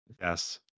Yes